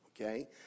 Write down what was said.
okay